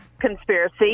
conspiracy